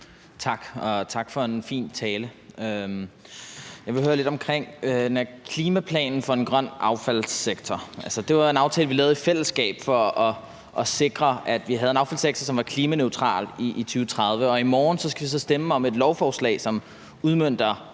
tak for en fin tale. Jeg vil høre lidt om den her klimaplan for en grøn affaldssektor. Altså, det var en aftale, vi lavede i fællesskab for at sikre, at vi havde en affaldssektor, som var klimaneutral i 2030, og i morgen skal vi så stemme om et lovforslag, som udmønter